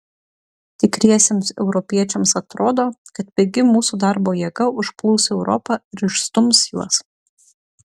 tikriesiems europiečiams atrodo kad pigi mūsų darbo jėga užplūs europą ir išstums juos